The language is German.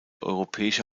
europäische